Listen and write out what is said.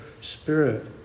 spirit